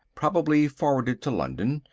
probably forwarded to london.